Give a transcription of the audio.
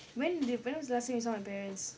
when did when was the last time you saw my parents